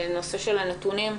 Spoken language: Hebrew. הצגת הנתונים,